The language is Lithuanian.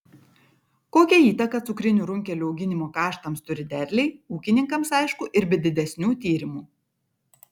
kokią įtaką cukrinių runkelių auginimo kaštams turi derliai ūkininkams aišku ir be didesnių tyrimų